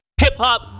Hip-Hop